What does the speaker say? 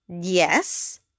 Yes